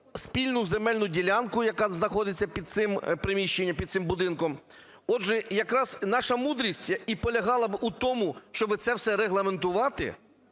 спільну земельну ділянку, яка знаходиться під цим приміщенням, під цим будинком. Отже, якраз наша мудрість і полягала б в тому, щоб це все регламентувати,